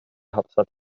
hauptstadt